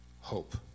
hope